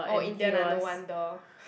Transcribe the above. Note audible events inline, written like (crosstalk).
oh Indian ah no wonder (breath)